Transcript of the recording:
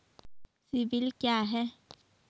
CIBIL क्या है?